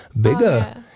bigger